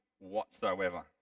whatsoever